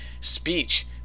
Speech